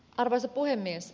arvoisa puhemies